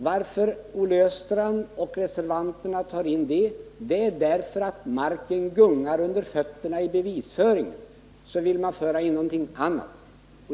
Olle Östrand och de övriga reservanterna tar in den frågan därför att marken gungar under fötterna på dem i deras bevisföring.